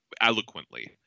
eloquently